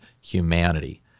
humanity